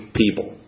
people